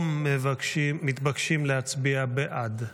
המעוניינים לנאום מתבקשים להצביע בעד.